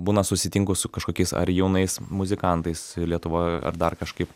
būna susitinku su kažkokiais ar jaunais muzikantais lietuvoj ar dar kažkaip